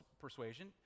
persuasion